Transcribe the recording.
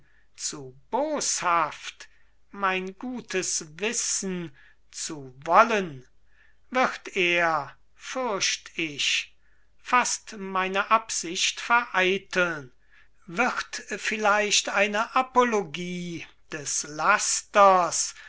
zu boshaft mein gutes wissen zu wollen wird er fürcht ich fast meine absicht vereiteln wird vielleicht eine apologie des lasters